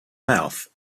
mouth